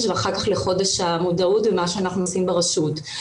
ואחר כך לחודש המודעות ומה שאנחנו עושים ברשות.